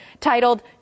titled